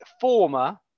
former